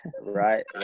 Right